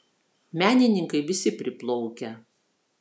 menininkai visi priplaukę